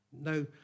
No